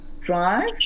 Drive